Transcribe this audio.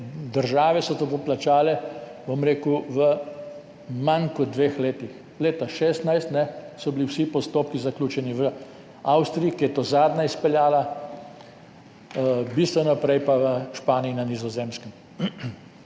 države so to poplačale v manj kot dveh letih. Leta 2016 so bili vsi postopki zaključeni v Avstriji, ki je to izpeljala zadnja, bistveno prej pa v Španiji in na Nizozemskem.